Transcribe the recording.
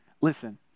Listen